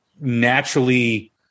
naturally